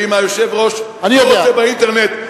ואם היושב-ראש לא מוצא באינטרנט,